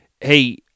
hey